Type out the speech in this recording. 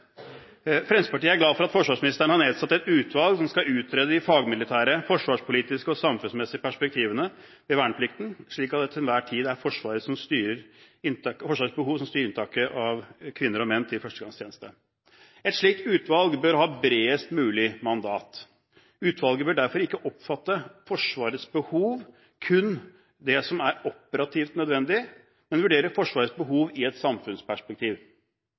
Fremskrittspartiet er glad for at forsvarsministeren har nedsatt et utvalg som skal utrede de fagmilitære, forsvarspolitiske og samfunnsmessige perspektivene ved verneplikten, slik at det til enhver tid er Forsvarets behov som styrer inntaket av kvinner og menn til førstegangstjeneste. Et slikt utvalg bør ha bredest mulig mandat. Utvalget bør derfor ikke oppfatte Forsvarets behov – kun det som er operativt nødvendig – men vurdere Forsvarets behov i et samfunnsperspektiv.